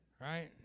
right